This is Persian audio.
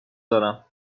دارم